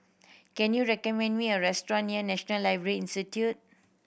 can you recommend me a restaurant near National Library Institute